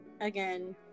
again